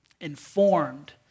Informed